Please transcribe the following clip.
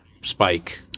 spike